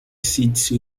seats